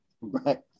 right